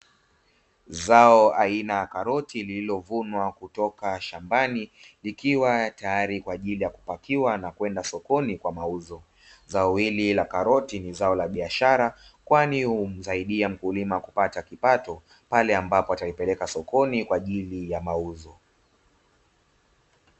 Zao aina ya karoti, lililovunwa kutoka shambani, ikiwa tayari kwa ajili ya kupakiwa na kwenda sokoni kwa mauzo. Zao hili la karoti ni zao la biashara, kwani humsaidia mkulima kupata kipato pale ambapo anapeleka sokoni kwa ajili ya mauzo.